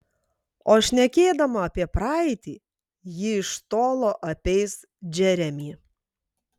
o šnekėdama apie praeitį ji iš tolo apeis džeremį